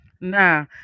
Nah